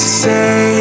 say